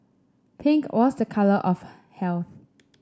pink was a colour of health